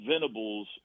venables